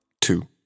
two